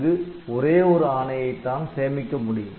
அங்கு ஒரே ஒரு ஆணையைத்தான் சேமிக்க முடியும்